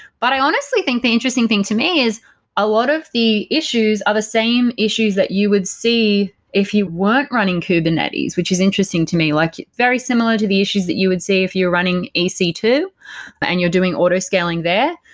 but i honestly think the interesting thing to me is a lot of the issues are the same issues that you would see if you weren't running kubernetes, which is interesting to me. like very similar to the issues that you would see if you're running e c two and you're doing auto scaling there.